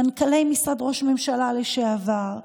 מנכ"לי משרד ראש ממשלה לשעבר,